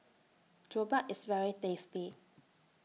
Jokbal IS very tasty